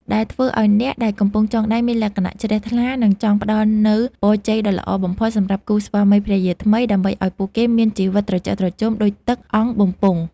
ដែលធ្វើឱ្យអ្នកដែលកំពុងចងដៃមានអារម្មណ៍ជ្រះថ្លា និងចង់ផ្តល់នូវពរជ័យដ៏ល្អបំផុតសម្រាប់គូស្វាមីភរិយាថ្មី ដើម្បីឱ្យពួកគេមានជីវិតត្រជាក់ត្រជុំដូចទឹកអង្គបំពង់។